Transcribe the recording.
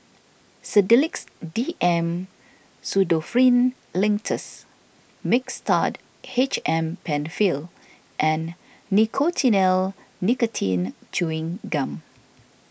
Sedilix D M Pseudoephrine Linctus Mixtard H M Penfill and Nicotinell Nicotine Chewing Gum